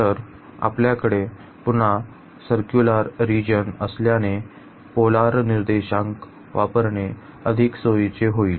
तर आपल्याकडे पुन्हा परिपत्रक प्रदेश असल्याने पोलर निर्देशांक वापरणे अधिक सोयीचे होईल